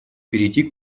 перейти